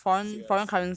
serious